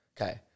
Okay